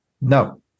no